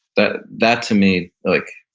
that that to me like,